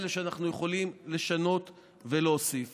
שאני לא יודע אם היא תהיה לעוד ארבע